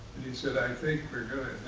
and he said, i think we're going